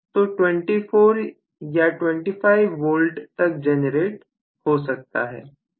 तो 24 या 25 वोल्ट तक जनरेट हो सकता है